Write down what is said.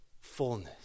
Fullness